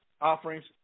offerings